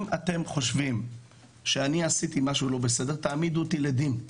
אם אתם חושבים שאני עשיתי משהו לא בסדר תעמידו אותי לדין,